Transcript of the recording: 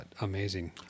amazing